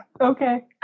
Okay